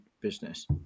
business